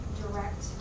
direct